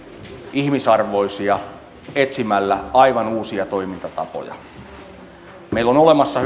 ihmisarvoisia etsimällä aivan uusia toimintatapoja meillä on olemassa